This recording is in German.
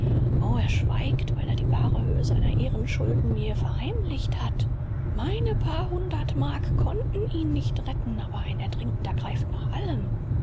o er schweigt weil er die wahre höhe seiner ehrenschulden mir verheimlicht hat meine paar hundert mark konnten ihn nicht retten aber ein ertrinkender greift nach allem